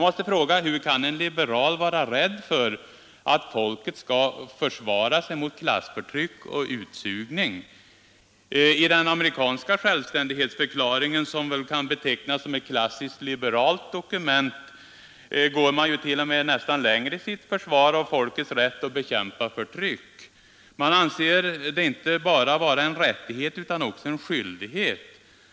Men kan en liberal vara rädd för att folket skall försvara sig mot klassförtryck och utsugning? I den amerikanska självständighetsförklaringen, som väl kan betecknas som ett klassiskt liberalt dokument, går man nästan längre i sitt försvar av folkets rätt att bekämpa förtryck. Man anser det inte bara vara en rättighet utan också en skyldighet.